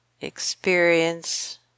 experience